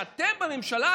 ואתם בממשלה,